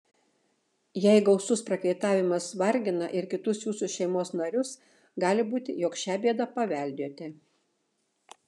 jei gausus prakaitavimas vargina ir kitus jūsų šeimos narius gali būti jog šią bėdą paveldėjote